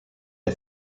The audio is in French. est